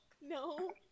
No